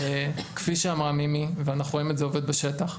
כפי שאמרה מימי ואנחנו רואים את זה עובד בשטח,